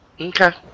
Okay